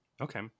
Okay